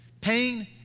Pain